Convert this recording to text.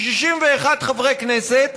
כי 61 חברי כנסת,